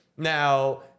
Now